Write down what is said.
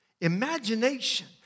imagination